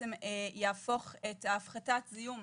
ובעצם יהפוך את הפחתת הזיהום